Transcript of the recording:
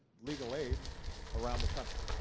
legal aid around the country.